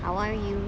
how are you